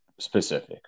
Specific